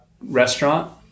restaurant